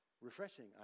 refreshing